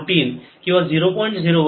01 sine of 50 t वजा 3